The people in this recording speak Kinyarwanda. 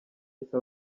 yahise